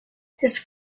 his